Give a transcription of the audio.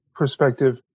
perspective